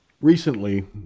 recently